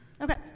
Okay